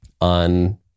on